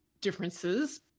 differences